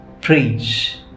preach